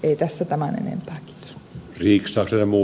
ei tässä tämän enempää ericsson remu